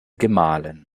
gemahlen